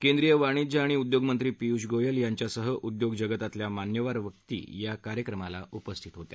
केंद्रीय वाणिज्य आणि उद्योगमंत्री पियुष गोयल यांच्यासह उद्योगजगतातल्या मान्यवर व्यक्ती या कार्यक्रमाला उपस्थित होते